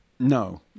No